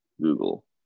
Google